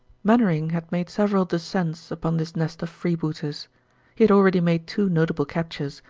mainwaring had made several descents upon this nest of freebooters. he had already made two notable captures,